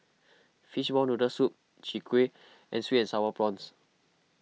Fishball Noodle Soup Chwee Kueh and Sweet and Sour Prawns